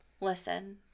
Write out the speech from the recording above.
Listen